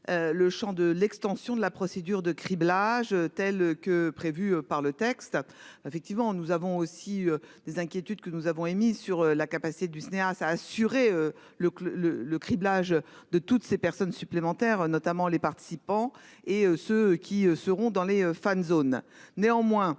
Le Champ de l'extension de la procédure de criblage telle que prévue par le texte. Ah, effectivement, nous avons aussi des inquiétudes que nous avons émise sur la capacité du cinéaste, a assuré le le le le criblage de toutes ces personnes supplémentaires notamment les participants et ceux qui seront dans les fan-zones.